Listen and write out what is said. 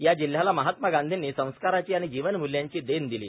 या जिल्ह्याला महात्मा गांधींनी संस्कारांची आणि जीवनमूल्यांची देणं दिली